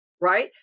right